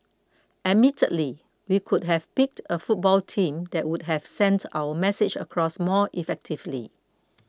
admittedly we could have picked a football team that would have sent our message across more effectively